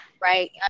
right